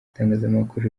itangazamakuru